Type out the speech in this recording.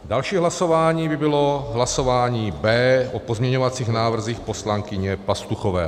Další hlasování by bylo hlasování B o pozměňovacích návrzích poslankyně Pastuchové.